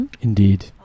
Indeed